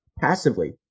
passively